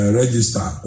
register